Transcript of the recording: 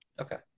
Okay